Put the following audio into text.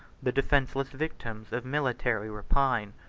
the defenceless victims of military rapine.